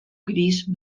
gris